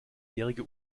jährige